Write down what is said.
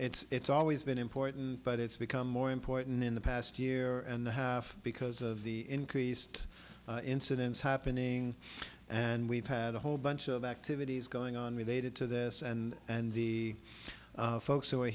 become it's always been important but it's become more important in the past year and a half because of the increased incidents happening and we've had a whole bunch of activities going on related to this and and the folks